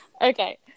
Okay